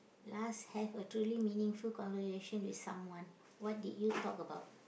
last have a truly meaningful conversation with someone what did you talk about